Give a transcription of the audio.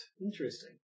interesting